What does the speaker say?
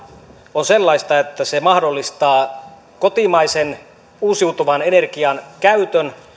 on sellaista että se mahdollistaa kotimaisen uusiutuvan energian käytön